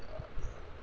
err